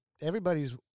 everybody's